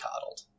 coddled